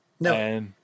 No